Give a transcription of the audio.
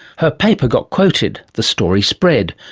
her paper got quoted, the story spread,